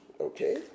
Okay